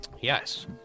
Yes